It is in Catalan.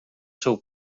seu